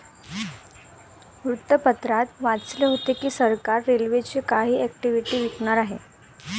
वृत्तपत्रात वाचले होते की सरकार रेल्वेची काही इक्विटी विकणार आहे